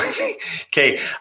okay